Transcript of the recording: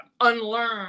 unlearn